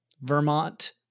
Vermont